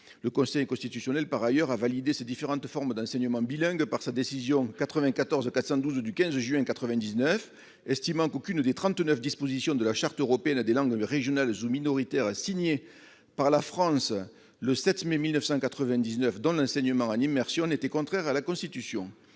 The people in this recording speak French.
Le Conseil constitutionnel a par ailleurs validé ces différentes formes d'enseignement bilingue par sa décision 99-412 du 15 juin 1999, estimant qu'aucune des 39 dispositions de la Charte européenne des langues régionales ou minoritaires signées par la France le 7 mai 1999, y compris l'enseignement en immersion, n'était contraire à la Constitution.